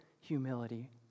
humility